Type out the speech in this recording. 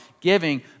giving